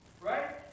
Right